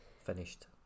finished